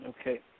Okay